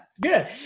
good